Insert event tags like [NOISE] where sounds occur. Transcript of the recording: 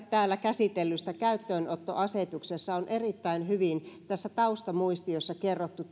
[UNINTELLIGIBLE] täällä käsitellyssä käyttöönottoasetuksessa on erittäin hyvin tässä taustamuistiossa kerrottu [UNINTELLIGIBLE]